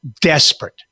desperate